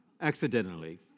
accidentally